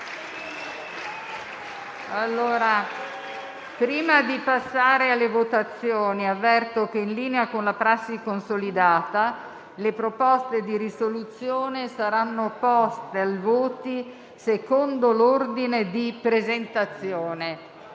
Prima di passare alle votazioni, avverto che, in linea con una prassi consolidata, le proposte di risoluzione saranno poste ai voti secondo l'ordine di presentazione.